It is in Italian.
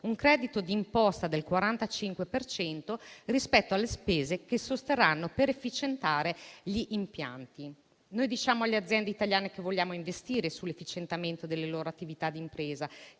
un credito di imposta del 45 per cento rispetto alle spese che sosterranno per efficientare gli impianti. Noi diciamo alle aziende italiane che vogliamo investire sull'efficientamento delle loro attività di impresa